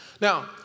Now